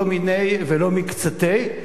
לא מיניה ולא מקצתיה,